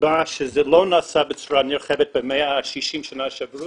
הסיבה שזה לא נעשה בצורה נרחבת ב-100 או 60 השנים שעברו,